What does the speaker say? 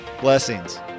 blessings